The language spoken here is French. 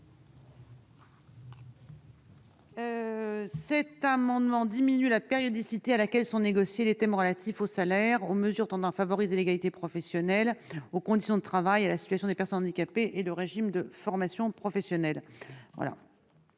Cet amendement vise à diminuer la périodicité à laquelle sont négociés les thèmes relatifs aux salaires, aux mesures tendant à favoriser l'égalité professionnelle, aux conditions de travail, à la situation des personnes handicapées et au régime de formation professionnelle.